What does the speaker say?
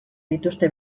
dituzte